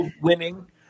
winning